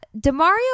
DeMario